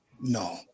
no